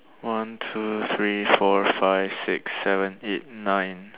one two three four five six seven eight nine